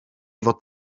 fod